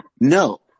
No